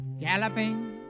galloping